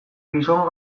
gizon